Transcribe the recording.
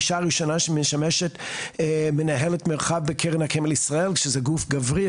האישה הראשונה שמשמשת מנהלת מרחב בקרן הקיימת לישראל שזה גוף גברי.